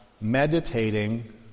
meditating